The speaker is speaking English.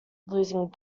losing